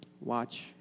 Watch